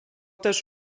też